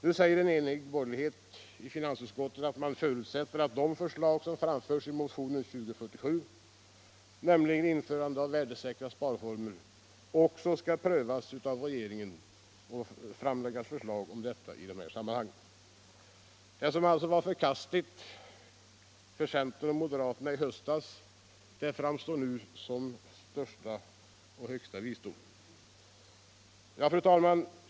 Nu säger en enig borgerlighet i finansutskottet att man förutsätter att det uppslag som framförs i motionen 2047, nämligen införande av värdesäkra sparformer, skall prövas av regeringen och att det skall framläggas förslag om detta. Det som alltså var förkastligt för centern och moderaterna i höstas framstår nu som största visdom. Fru talman!